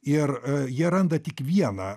ir jie randa tik vieną